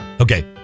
Okay